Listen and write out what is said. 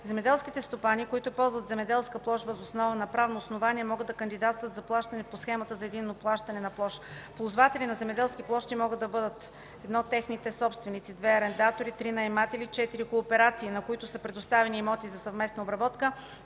Земеделските стопани, които ползват земеделска площ въз основа на правно основание, могат да кандидатстват за плащане по Схемата за единно плащане на площ. Ползватели на земеделски площи могат да бъдат: 1. техните собственици; 2. арендатори; 3. наематели; 4. кооперации, на които са предоставени имоти за съвместна обработка;